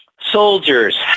Soldiers